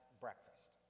breakfast